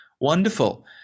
wonderful